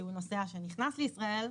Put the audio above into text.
נוסע שנכנס לישראל,